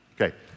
Okay